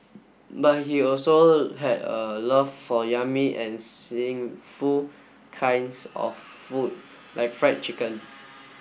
but he also had a love for yummy and sinful kinds of food like Fried Chicken